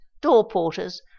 door-porters